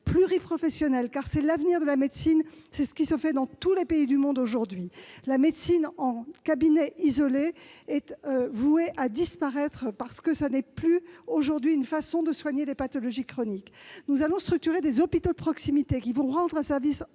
pluriprofessionnels, car c'est l'avenir de la médecine. C'est ce qui se fait dans tous les pays du monde aujourd'hui. La médecine en cabinet isolé est vouée à disparaître, parce qu'elle n'est plus adaptée pour soigner les pathologies chroniques. Nous allons structurer des hôpitaux de proximité qui rendront un service